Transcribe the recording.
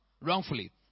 wrongfully